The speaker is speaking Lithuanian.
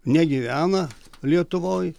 negyvena lietuvoj